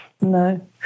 No